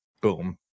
boom